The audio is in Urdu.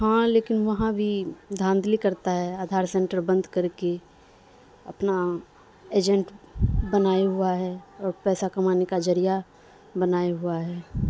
ہاں لیکن وہاں بھی دھاندلی کرتا ہے آدھار سینٹر بند کر کے اپنا ایجنٹ بنائے ہوا ہے اور پیسہ کمانے کا ذریعہ بنائے ہوا ہے